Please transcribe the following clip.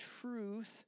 truth